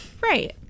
Right